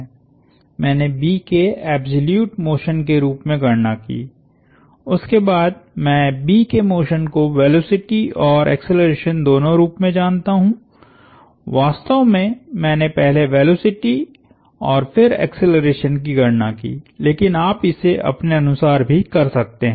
मैंने B के absolute motion के रूप में गणना की उसके बाद मैं B के मोशन को वेलोसिटी और एक्सेलरेशन दोनों रूप में जानता हूं वास्तव में मैंने पहले वेलोसिटी और फिर एक्सेलरेशन की गणना की लेकिन आप इसे अपने अनुसार भी कर सकते हैं